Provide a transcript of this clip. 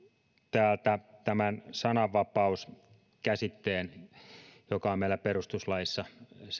täältä sananvapauskäsitteen joka on meillä perustuslaissa